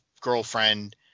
girlfriend